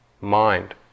mind